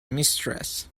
mistress